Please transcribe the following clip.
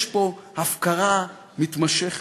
יש פה הפקרה מתמשכת.